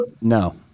No